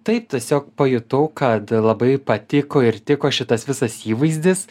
taip tiesiog pajutau kad labai patiko ir tiko šitas visas įvaizdis